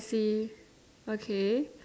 he okay